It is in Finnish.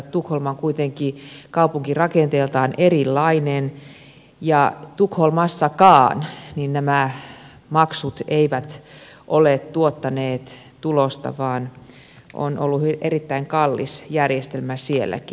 tukholma on kuitenkin kaupunkirakenteeltaan erilainen ja tukholmassakaan nämä maksut eivät ole tuottaneet tulosta vaan tämä on ollut erittäin kallis järjestelmä sielläkin